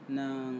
ng